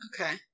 Okay